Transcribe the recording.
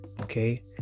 Okay